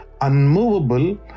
unmovable